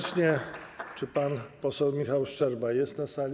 Czy pan poseł Michał Szczerba jest na sali?